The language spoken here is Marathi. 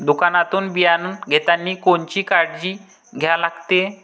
दुकानातून बियानं घेतानी कोनची काळजी घ्या लागते?